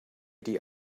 die